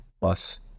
plus